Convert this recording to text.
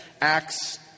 Acts